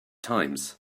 times